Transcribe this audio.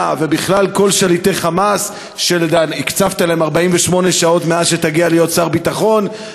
ובכלל כל שליטי "חמאס" הקצבת להם 48 שעות מאז שתגיע להיות שר ביטחון,